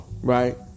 right